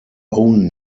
own